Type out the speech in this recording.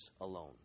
alone